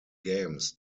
games